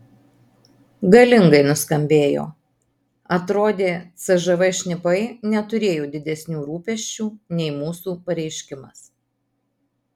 galingai nuskambėjo atrodė cžv šnipai neturėjo didesnių rūpesčių nei mūsų pareiškimas